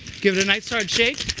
give it a nice hard shake.